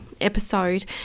episode